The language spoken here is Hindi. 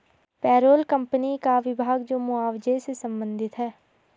पेरोल कंपनी का विभाग जो मुआवजे से संबंधित है